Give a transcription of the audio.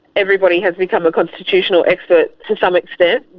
everybody has become a constitutional expert to some extent.